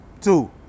Two